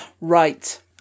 Right